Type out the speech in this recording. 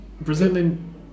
Brazilian